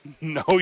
No